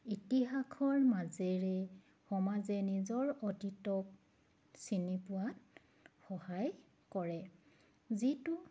ইতিহাসৰ মাজেৰে সমাজে নিজৰ অতীতক চিনি পোৱাত সহায় কৰে যিটো